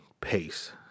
pace